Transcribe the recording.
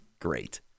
great